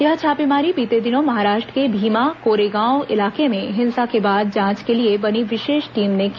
यह छापेमारी बीते दिनों महाराष्ट्र के भीमा कोरेगांव इलाके में हिंसा के बाद जांच के लिए बनी विशेष टीम ने की